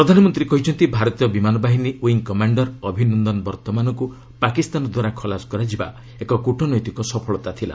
ପ୍ରଧାନମନ୍ତ୍ରୀ କହିଛନ୍ତି ଭାରତୀୟ ବିମାନ ବାହିନୀ ୱିଙ୍ଗ୍ କମାଣ୍ଡର ଅଭିନନ୍ଦନ ବର୍ତ୍ତମାନଙ୍କୁ ପାକିସ୍ତାନ ଦ୍ୱାରା ଖଲାସ କରାଯିବା ଏକ କୂଟନୈତିକ ସଫଳତା ଥିଲା